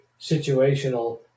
situational